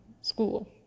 school